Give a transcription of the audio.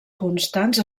constants